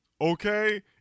okay